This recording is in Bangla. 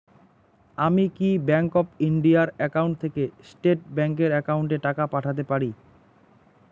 আমি কি ব্যাংক অফ ইন্ডিয়া এর একাউন্ট থেকে স্টেট ব্যাংক এর একাউন্টে টাকা পাঠাতে পারি?